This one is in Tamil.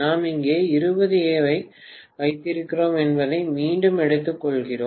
நாம் இங்கே 20 A ஐ வைத்திருக்கிறோம் என்பதை மீண்டும் எடுத்துக்கொள்வோம்